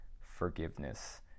forgiveness